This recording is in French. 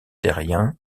terriens